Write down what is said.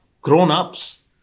grown-ups